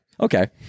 Okay